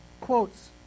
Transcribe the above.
quotes